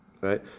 right